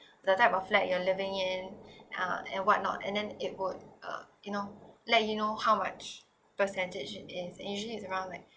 the type of flat you are living it ah and what not and then it would uh you know let you know how much percentage it is usually is around like